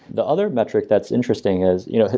the other metric that's interesting is you know,